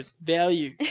Value